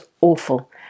awful